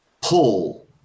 pull